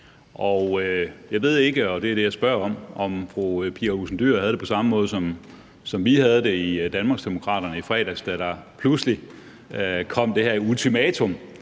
spørger om – om fru Pia Olsen Dyhr havde det på samme måde, som vi havde det i Danmarksdemokraterne i fredags, da der pludselig kom det her ultimatum,